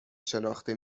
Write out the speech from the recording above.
شناخته